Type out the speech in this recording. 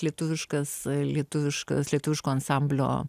lietuviškas lietuviškas lietuviško ansamblio